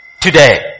Today